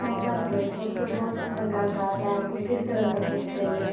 कैसा suit suit तो बहुत प्रकार का आता है आपको किस तरह का सूट चाहिए